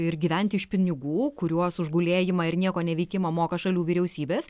ir gyventi iš pinigų kuriuos už gulėjimą ir nieko neveikimą moka šalių vyriausybės